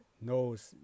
knows